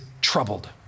troubled